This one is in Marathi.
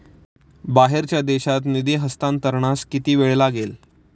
बाहेरच्या देशात निधी हस्तांतरणास किती वेळ लागेल?